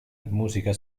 musica